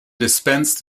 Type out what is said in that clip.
dispensed